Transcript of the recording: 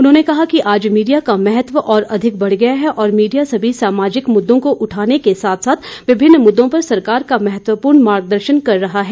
उन्होंने कहा कि आज मीडिया का महत्व और अधिक बढ़ गया है और मीडिया सभी सामाजिक मुद्दों को उठाने के साथ साथ विभिन्न मुद्दों पर सरकार का महत्वपूर्ण मार्गदर्शन कर रहा है